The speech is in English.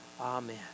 Amen